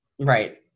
Right